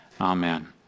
Amen